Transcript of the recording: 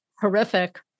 horrific